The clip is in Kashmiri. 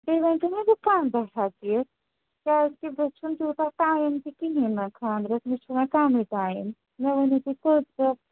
تُہۍ ؤنۍتو مےٚ بہٕ کَمہِ دۄہ ہٮ۪کہٕ یِتھ کیٛازکہِ مےٚ چھُنہٕ تیٛوٗتاہ ٹایِم تہِ کِہیٖنٛۍ نہٕ خانٛدرَس مےٚ چھُ وۅنۍ کَمٕے ٹایِم مےٚ ؤنِو تُہۍ کٔژ دۄہ